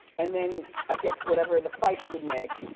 and then, i guess whatever the fight would make,